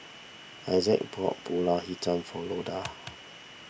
Essex bought Pulut Hitam for Loda